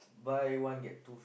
buy one get two